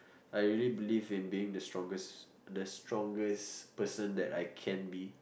I really believe in being the strongest the strongest person that I can be